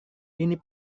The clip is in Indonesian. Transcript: ini